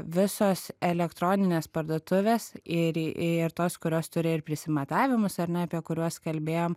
visos elektroninės parduotuvės ir i tos kurios turi prisimatavimus ar ne apie kuriuos kalbėjom